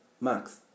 Max